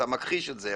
אתה מכחיש את זה,